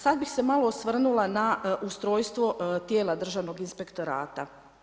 Sada bih se malo osvrnula na ustrojstvo tijela državnog inspektorata.